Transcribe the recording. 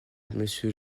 monsieur